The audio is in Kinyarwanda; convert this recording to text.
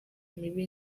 mibi